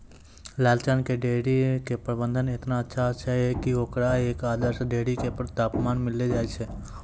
लालचन के डेयरी के प्रबंधन एतना अच्छा छै कि होकरा एक आदर्श डेयरी के तमगा मिललो छै